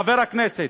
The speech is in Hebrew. חבר הכנסת,